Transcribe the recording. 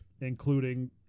including